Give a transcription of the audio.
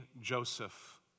Joseph